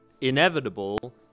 inevitable